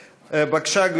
בבקשה,